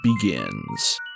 begins